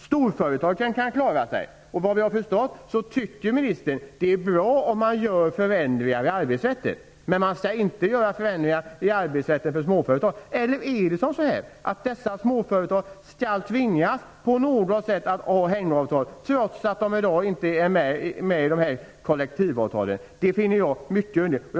Storföretagen kan klara sig. Enligt vad vi har förstått tycker ministern att det är bra om man genomför förändringar i arbetsrätten men att man inte skall göra förändringar för små företag. Skall dessa små företag på något sätt tvingas till hängavtal, trots att de i dag inte har kollektivavtal? Det finner jag mycket underligt.